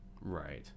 Right